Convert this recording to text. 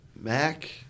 Mac